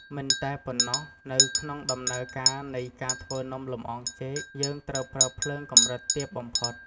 មិនតែប៉ុណ្ណោះ នៅក្នុងដំណើរការនៃការធ្វើនំលម្អងចេក យើងត្រូវប្រើភ្លើងកម្រិតទាបបំផុត។